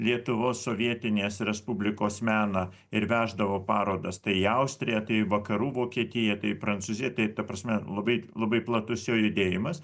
lietuvos sovietinės respublikos meną ir veždavo parodas tai į austriją tai į vakarų vokietiją tai į prancūziją tai ta prasme labai labai platus jo judėjimas